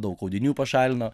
daug audinių pašalino